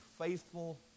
faithful